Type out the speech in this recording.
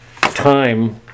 time